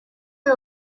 you